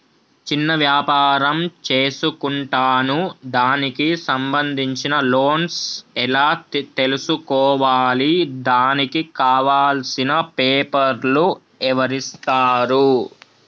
చిన్న వ్యాపారం చేసుకుంటాను దానికి సంబంధించిన లోన్స్ ఎలా తెలుసుకోవాలి దానికి కావాల్సిన పేపర్లు ఎవరిస్తారు?